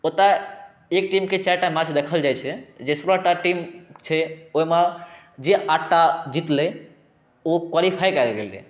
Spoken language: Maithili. ओतऽ एक टीमके चारि टा मैच देखल जाइ छै जे सोलहटा टीम छै ओहिमे जे आठ टा जितलै ओ क्वालीफाइ कऽ गेलै